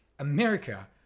America